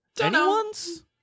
Anyone's